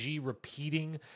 repeating